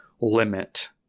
limit